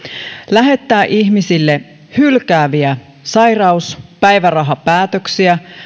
lähettää ihmisille hylkääviä sairauspäivärahapäätöksiä